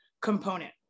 component